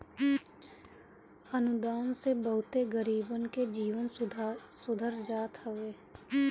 अनुदान से बहुते गरीबन के जीवन सुधार जात हवे